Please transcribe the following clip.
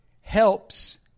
helps